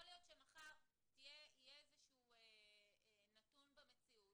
יכול להיות שמחר יהיה איזשהו נתון במציאות